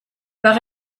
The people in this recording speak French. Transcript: par